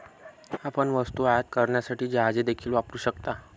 आपण वस्तू आयात करण्यासाठी जहाजे देखील वापरू शकता